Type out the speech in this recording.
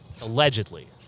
Allegedly